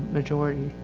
majority.